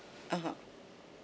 (uh huh)